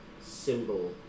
symbol